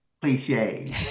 cliche